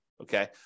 Okay